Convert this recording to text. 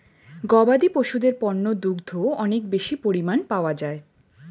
গবাদি পশুদের পণ্য দুগ্ধ অনেক বেশি পরিমাণ পাওয়া যায়